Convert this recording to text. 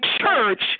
church